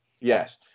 Yes